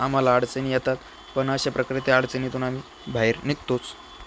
आम्हाला अडचणी येतात पण अशा प्रकारे त्या अडचणीतून आम्ही बाहेर निघतोच